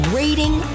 rating